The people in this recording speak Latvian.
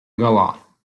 galā